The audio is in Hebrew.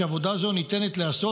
כשעבודה זו ניתנת להיעשות,